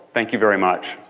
thank you very much.